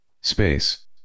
space